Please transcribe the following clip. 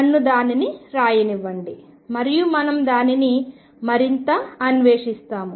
నన్ను దానిని రాయనివ్వండి మరియు మనం దానిని మరింత అన్వేషిస్తాము